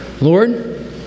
Lord